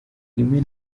rimwe